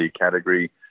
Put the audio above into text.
category